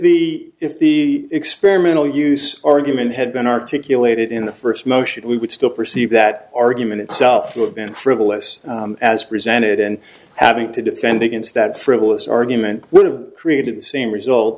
the if the experimental use argument had been articulated in the first motion we would still perceive that argument itself to have been frivolous as presented and having to defend against that frivolous argument going to created the same result